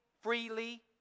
freely